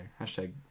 Hashtag